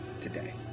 today